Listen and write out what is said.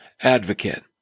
advocate